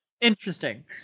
Interesting